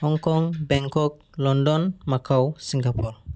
Hong Kong Bangkok London Macao Singapore